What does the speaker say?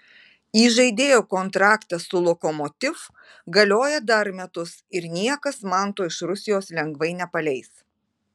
įžaidėjo kontraktas su lokomotiv galioja dar metus ir niekas manto iš rusijos lengvai nepaleis